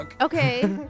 Okay